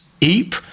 eep